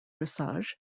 dressage